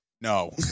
no